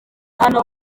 hano